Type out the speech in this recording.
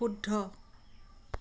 শুদ্ধ